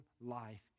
life